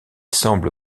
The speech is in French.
semble